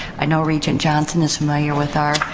i know regent johnson is familiar with our